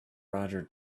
roger